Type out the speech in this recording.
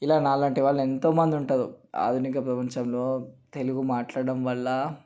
ఇలా నాలాంటి వాళ్ళు ఎంతోమంది ఉంటారు ఆధునిక ప్రపంచంలో తెలుగు మాట్లాడడం వల్ల